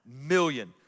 million